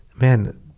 man